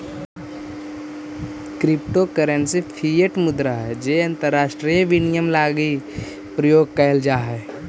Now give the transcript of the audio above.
crypto currency fiat मुद्रा हइ जे अंतरराष्ट्रीय विनिमय लगी प्रयोग कैल जा हइ